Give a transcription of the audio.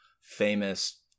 famous